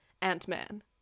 Ant-Man